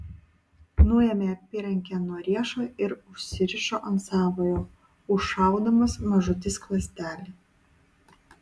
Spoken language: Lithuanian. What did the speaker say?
nuėmė apyrankę nuo riešo ir užsirišo ant savojo užšaudamas mažutį skląstelį